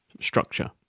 structure